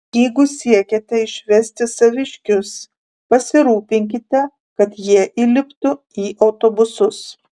jeigu siekiate išvesti saviškius pasirūpinkite kad jie įliptų į autobusus